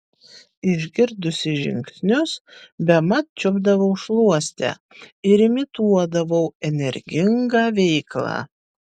išgirdusi žingsnius bemat čiupdavau šluostę ir imituodavau energingą veiklą